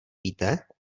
víte